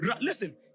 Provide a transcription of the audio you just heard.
Listen